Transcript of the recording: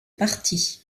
parti